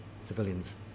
civilians